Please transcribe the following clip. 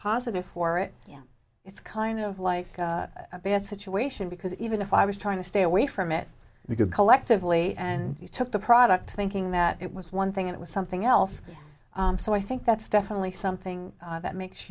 positive for it yeah it's kind of like a bad situation because even if i was trying to stay away from it you could collectively and you took the product thinking that it was one thing it was something else so i think that's definitely something that makes